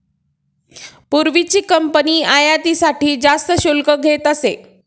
पूर्वीची कंपनी आयातीसाठी जास्त शुल्क घेत असे